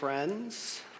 friends